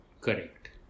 correct